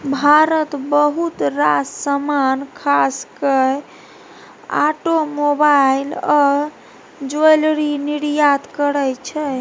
भारत बहुत रास समान खास केँ आटोमोबाइल आ ज्वैलरी निर्यात करय छै